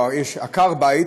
או שיש עקר בית,